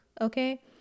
Okay